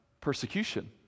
persecution